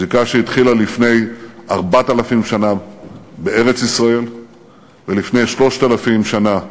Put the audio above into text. זיקה שהחלה לפני 4,000 שנה בארץ-ישראל ולפני 3,000 שנה בירושלים,